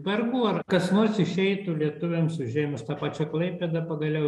vargu ar kas nors išeitų lietuviams užėmus tą pačią klaipėdą pagaliau